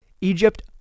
Egypt